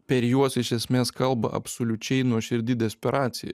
per juos iš esmės kalba absoliučiai nuoširdi desperacija